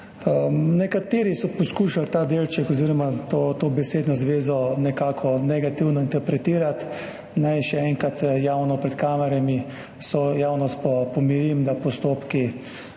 nekateri so poskušali ta delček oziroma to besedno zvezo nekako negativno interpretirati. Naj še enkrat javno pred kamerami vso javnost pomirim, da postopki,